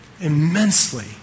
immensely